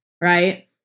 right